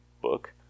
book